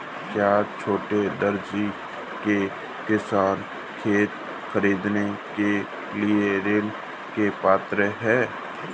क्या छोटे दर्जे के किसान खेत खरीदने के लिए ऋृण के पात्र हैं?